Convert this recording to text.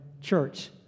Church